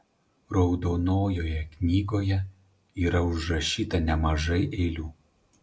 raudonojoje knygoje yra užrašyta nemažai eilių